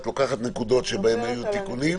את לוקחת נקודות שבהן היו תיקונים?